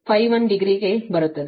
51 degree ಗೆ ಬರುತ್ತದೆ